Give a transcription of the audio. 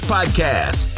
Podcast